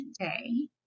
today